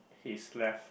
his left